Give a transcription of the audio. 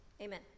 amen